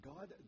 God